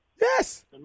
yes